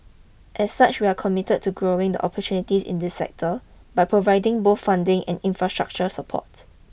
as such we are committed to growing the opportunities in this sector by providing both funding and infrastructure support